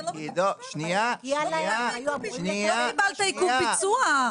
לא קיבלת עיכוב ביצוע.